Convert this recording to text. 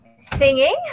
Singing